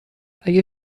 اگه